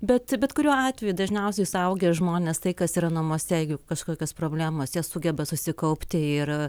bet bet kuriuo atveju dažniausiai suaugę žmonės tai kas yra namuose jų kažkokios problemos jie sugeba susikaupti ir